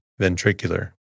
Ventricular